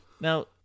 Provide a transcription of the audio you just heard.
Now